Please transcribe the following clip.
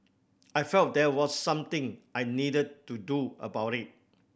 I felt there was something I needed to do about it